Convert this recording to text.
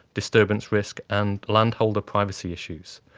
disturbance risk, and landholder privacy issues.